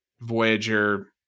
voyager